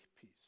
peace